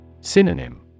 Synonym